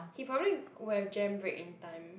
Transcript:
he probably would have jam brake in time